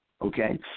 okay